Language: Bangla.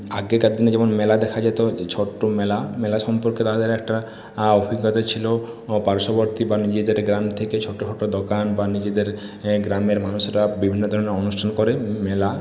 আগেকার দিনে যেমন মেলা দেখা যেত ছোট্ট মেলা মেলা সম্পর্কে তাদের একটা আ অভিজ্ঞতা ছিল পার্শ্ববর্তী বা নিজেদের গ্রাম থেকে ছোট্ট ছোট্ট দোকান বা নিজেদের গ্রামের মানুষরা বিভিন্ন ধরনের অনুষ্ঠান করে মেলা